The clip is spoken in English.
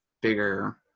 bigger